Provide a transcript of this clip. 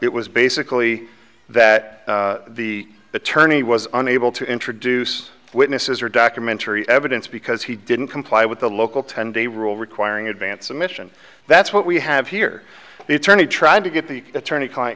it was basically that the attorney was unable to introduce witnesses or documentary evidence because he didn't comply with the local ten day rule requiring advance admission that's what we have here the attorney trying to get the attorney